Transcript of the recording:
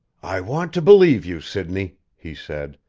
i want to believe you, sidney! he said.